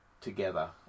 together